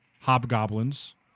hobgoblins